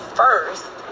first